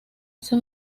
ese